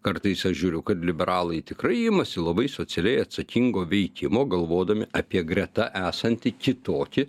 kartais aš žiūriu kad liberalai tikrai imasi labai socialiai atsakingo veikimo galvodami apie greta esantį kitokį